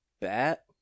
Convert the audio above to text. bat